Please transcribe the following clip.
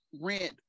rent